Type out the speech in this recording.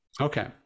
Okay